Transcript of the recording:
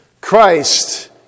Christ